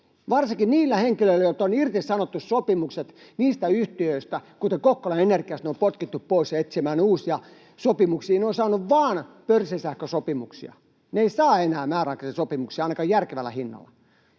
varsinkin niillä henkilöillä, joilta on irtisanottu sopimukset niistä yhtiöistä, kuten Kokkolan Energiasta. Heidät on potkittu pois etsimään uusia sopimuksia. He ovat saaneet vain pörssisähkösopimuksia. He eivät saa enää määräaikaisia sopimuksia, ainakaan järkevällä hinnalla.